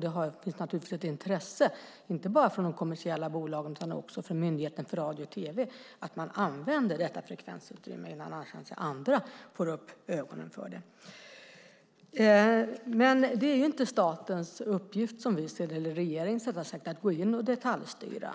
Det finns naturligtvis ett intresse inte bara från de kommersiella bolagen utan också från Myndigheten för radio och tv att använda detta frekvensutrymme innan andra får upp ögonen för det. Det är inte statens eller regeringens uppgift att detaljstyra.